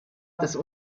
des